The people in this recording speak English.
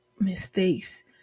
mistakes